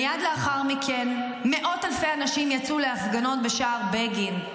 מייד לאחר מכן מאות אלפי אנשים יצאו להפגנות בשער בגין.